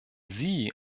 sie